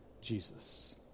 Jesus